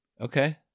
Okay